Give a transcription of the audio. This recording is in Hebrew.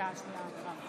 בהצבעה